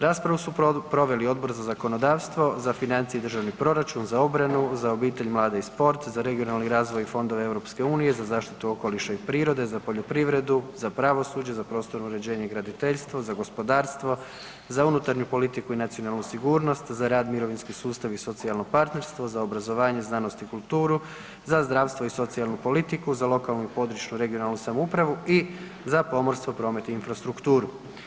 Raspravu su proveli Odbori za zakonodavstvo, za financije i Državni proračun, za obranu, , za obitelj, mlade i sport, za regionalni razvoj i fondove EU, za zaštitu okoliša i prirode, za poljoprivredu, za pravosuđe, za prostorno uređenje i graditeljstvo, za gospodarstvo, za unutarnju politiku i nacionalnu sigurnost, za rad, mirovinski sustav i socijalno partnerstvo, za obrazovanje, znanost i kulturu, za zdravstvo i socijalnu politiku, za lokalnu i područnu (regionalnu) samoupravu i za pomorstvo, promet i infrastrukturu.